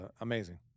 amazing